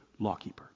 lawkeeper